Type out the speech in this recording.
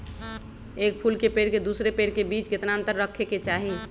एक फुल के पेड़ के दूसरे पेड़ के बीज केतना अंतर रखके चाहि?